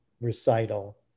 recital